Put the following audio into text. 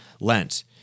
Lent